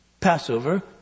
Passover